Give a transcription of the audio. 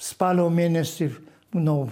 spalio mėnesį nuo